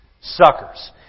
Suckers